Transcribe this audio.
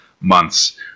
months